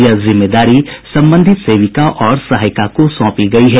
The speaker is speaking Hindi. यह जिम्मेदारी संबंधित सेविका और सहायिका को सौंपी गयी है